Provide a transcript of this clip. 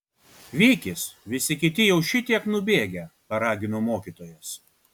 vykis visi kiti jau šitiek nubėgę paragino mokytojas